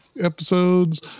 episodes